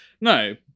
No